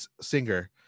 Singer